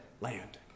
land